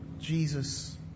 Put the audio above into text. Jesus